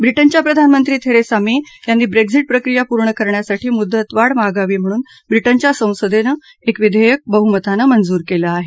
ब्रिटनच्या परधानमंत्री Theresa May यांनी ब्रेग्झिट प्रक्रिया पूर्ण करण्यासाठी मुदतवाढ मागावी म्हणून ब्रिटनच्या संसदेनं एक विधेयक बहुमताने मंजूर केलं आहे